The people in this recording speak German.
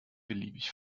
beliebig